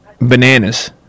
Bananas